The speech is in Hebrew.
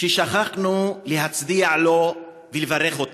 ששכחנו להצדיע לו ולברך אותו.